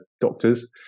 doctors